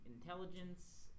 intelligence